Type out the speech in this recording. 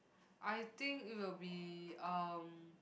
I think it will be um